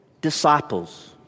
disciples